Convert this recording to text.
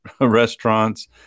restaurants